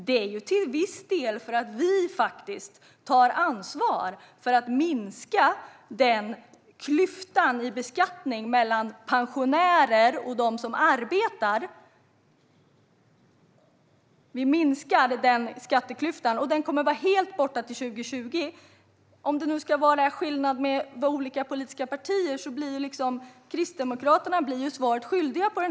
Det beror till viss del på att vi faktiskt tar ansvar för att minska klyftan i beskattning mellan pensionärer och de som arbetar. Denna klyfta kommer att vara helt borta till 2020. Om vi ska tala om skillnader mellan olika politiska partier blir Kristdemokraterna här svaret skyldiga.